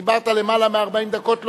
דיברת למעלה מ-40 דקות,